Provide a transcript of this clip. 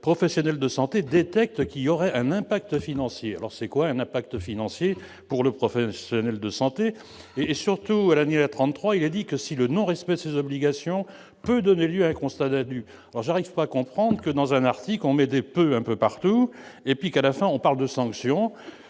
professionnel de santé détecte qu'il aurait un impact financier alors c'est quoi un impact financier pour le professionnel de santé et surtout à l'année à 33, il a dit que si le non respect de ses obligations, peut donner lieu à un constat d'abus, j'arrive pas à comprendre que, dans un article, on m'aider peut un peu partout et puis qu'à la fin, on parle de sanctions